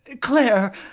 claire